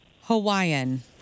Hawaiian